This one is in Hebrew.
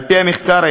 על-פי המחקר,